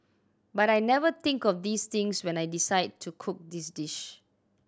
but I never think of these things when I decide to cook this dish